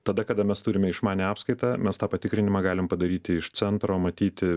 tada kada mes turime išmanią apskaitą mes tą patikrinimą galim padaryti iš centro matyti